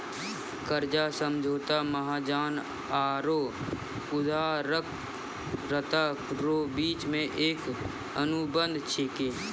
कर्जा समझौता महाजन आरो उदारकरता रो बिच मे एक अनुबंध छिकै